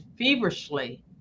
feverishly